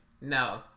No